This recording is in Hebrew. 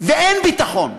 ואין ביטחון,